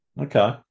Okay